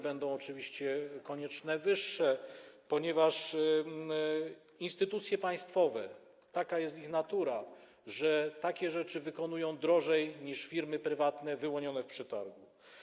Będą oczywiście konieczne większe finanse, ponieważ instytucje państwowe, taka jest ich natura, takie rzeczy wykonują drożej niż firmy prywatne wyłonione w przetargu.